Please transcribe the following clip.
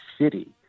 city